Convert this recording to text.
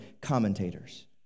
commentators